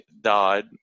died